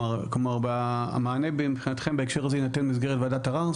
כלומר בהקשר הזה המענה יינתן מבחינתכם במסגרת ועדת ערר?